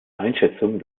einschätzung